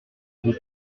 vous